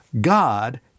God